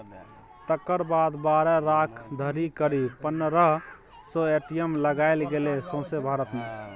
तकर बाद बारह बरख धरि करीब पनरह सय ए.टी.एम लगाएल गेलै सौंसे भारत मे